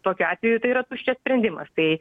tokiu atveju tai yra tuščias sprendimas tai